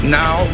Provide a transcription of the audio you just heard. now